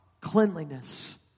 cleanliness